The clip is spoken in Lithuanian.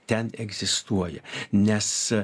ten egzistuoja nes